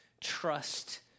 trust